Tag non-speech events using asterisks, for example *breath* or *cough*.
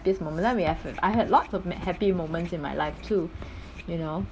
happiest moment we have I had lots of happy moments in my life too *breath* you know